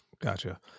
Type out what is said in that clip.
gotcha